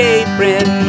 apron